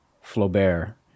Flaubert